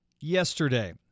yesterday